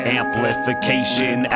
amplification